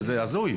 זה לא צריך לקרות.